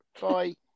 Bye